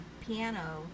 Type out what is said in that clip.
piano